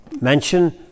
mention